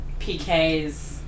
PK's